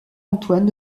antoine